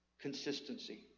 Consistency